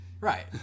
right